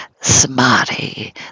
samadhi